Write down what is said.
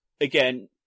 again